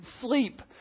sleep